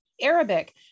Arabic